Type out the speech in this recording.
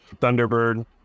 Thunderbird